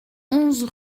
onze